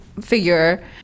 figure